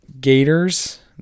gators